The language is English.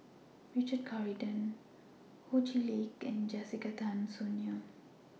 Richard Corridon Ho Chee Lick and Jessica Tan Soon Neo